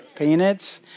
Peanuts